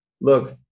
look